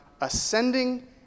ascending